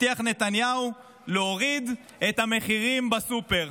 הבטיח נתניהו להוריד את המחירים בסופר.